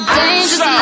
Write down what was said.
dangerous